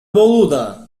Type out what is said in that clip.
болууда